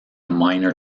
minor